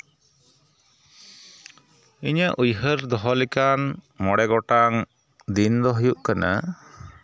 ᱤᱧᱟᱹᱜ ᱩᱭᱦᱟᱹᱨ ᱫᱚᱦᱚ ᱞᱮᱠᱟᱱ ᱢᱚᱬᱮ ᱜᱚᱴᱟᱱ ᱫᱤᱱ ᱫᱚ ᱦᱩᱭᱩᱜ ᱠᱟᱱᱟ